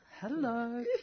Hello